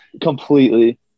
completely